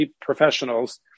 professionals